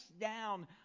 down